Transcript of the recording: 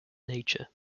nature